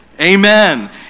Amen